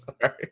sorry